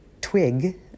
twig